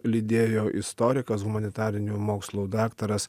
lydėjo istorikas humanitarinių mokslų daktaras